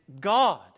God